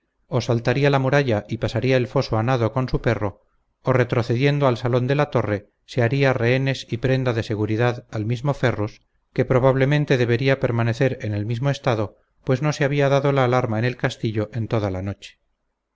o saltaría la muralla y pasaría el foso a nado con su perro o retrocediendo al salón de la torre se haría rehenes y prenda de seguridad al mismo ferrus que probablemente debería de permanecer en el mismo estado pues no se había dado la alarma en el castillo en toda la noche